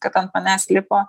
kad ant manęs lipo